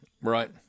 Right